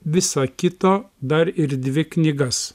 viso kito dar ir dvi knygas